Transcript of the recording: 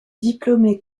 diplômé